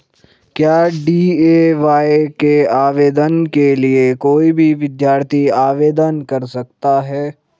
क्या डी.ए.वाय के आवेदन के लिए कोई भी विद्यार्थी आवेदन कर सकता है?